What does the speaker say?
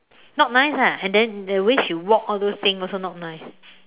not nice ah and then the way she walk all those thing also not nice